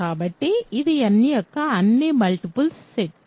కాబట్టి ఇది n యొక్క అన్ని మల్టిపుల్స్ సెట్